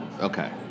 Okay